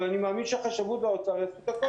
אבל אני מאמין שהחשבות והאוצר יעשו הכול.